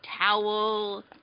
towel